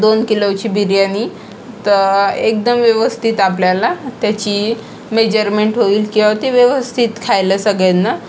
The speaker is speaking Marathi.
दोन किलोची बिर्याणी तर एकदम व्यवस्थित आपल्याला त्याची मेजरमेन्ट होईल किंवा ती व्यवस्थित खायला सगळ्यांना